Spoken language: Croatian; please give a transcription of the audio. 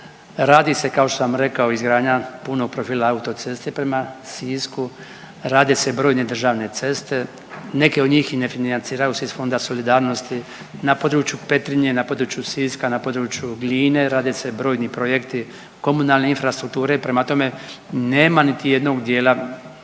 radi se kao što sam rekao izgradnja punog profila autoceste prema Sisku, rade se brojne državne ceste. Neke od njih se i ne financiraju iz Fonda solidarnosti, na području Petrinje, na području Siska, na području Gline rade se brojni projekti, komunalne infrastrukture. Prema tome nema niti jednog dijela